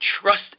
trust